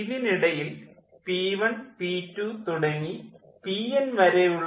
ഇതിനിടയിൽ p1 p2 തുടങ്ങി pn വരെയുള്ള p1 p2